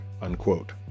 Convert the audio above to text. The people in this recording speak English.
unquote